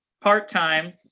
part-time